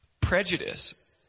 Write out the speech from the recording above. Prejudice